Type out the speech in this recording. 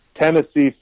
Tennessee